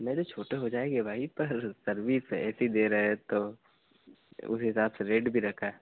नहीं नहीं छोटे हो जाएँगे भाई पर सर्विस ऐसी दे रहे हैं तो उस हिसाब से रेट भी रखा है